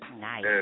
Nice